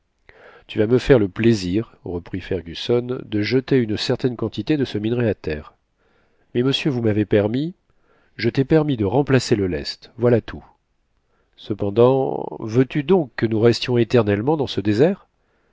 tu vas me faire le plaisir reprit fergusson de jeter une certaine quantité de ce minerai à terre mais monsieur vous m'avez permis je t'ai permis de remplacer le lest voilà tout cependant veux-tu donc que nous restions éternellement dans ce désert